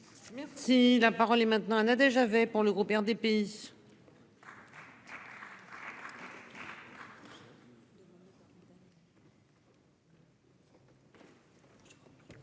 Merci la parole est maintenant à Nadège avait pour le groupe RDPI.